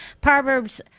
Proverbs